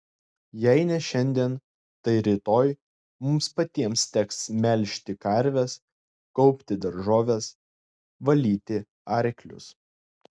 jei ne šiandien tai rytoj mums patiems teks melžti karves kaupti daržoves valyti arklius